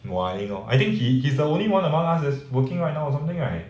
nuaing lor I think he he is the only one among us that's working right now or something right